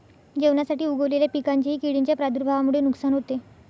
जेवणासाठी उगवलेल्या पिकांचेही किडींच्या प्रादुर्भावामुळे नुकसान होते